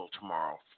tomorrow